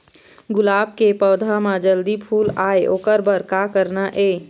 गुलाब के पौधा म जल्दी फूल आय ओकर बर का करना ये?